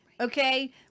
okay